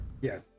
Yes